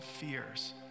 fears